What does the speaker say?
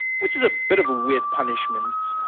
which is a bit of a weird punishment.